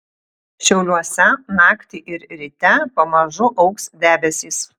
šiauliuose naktį ir ryte pamažu augs debesys